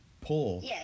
pull